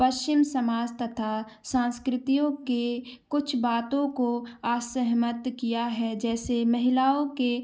पश्चिम समाज तथा सांस्कृतियों के कुछ बातों को असहमत किया है जैसे महिलाओं के